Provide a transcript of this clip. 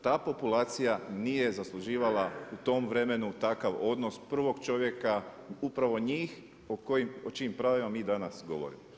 Ta populacija nije zasluživala u tom vremenu takav odnos prvog čovjeka upravo njih o čijim pravima mi danas govorimo.